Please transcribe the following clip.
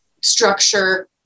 structure